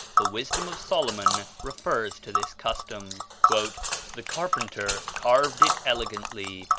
the wisdom of solomon refers to this custom the carpenter carved it elegantly,